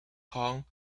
kong